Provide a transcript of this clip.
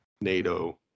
NATO